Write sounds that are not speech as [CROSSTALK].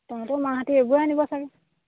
[UNINTELLIGIBLE]